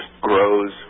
grows